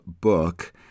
book